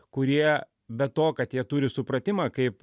kurie be to kad jie turi supratimą kaip